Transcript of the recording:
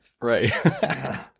Right